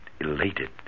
elated